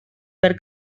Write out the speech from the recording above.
per